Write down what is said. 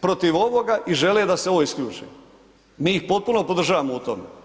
protiv ovoga i žele da se ovo isključi, mi ih potpuno podržavamo u tome.